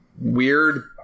weird